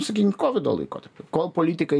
sakykim kovido laikotarpiu kol politikai